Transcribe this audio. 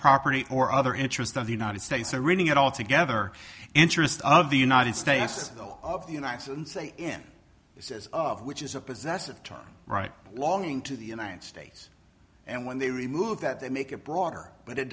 property or other interest of the united states or reading it all together interest of the united states though of the united say in uses of which is a possessive charge right longing to the united states and when they remove that they make a broader but it